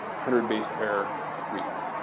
hundred base pair reads.